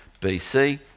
BC